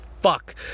fuck